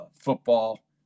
football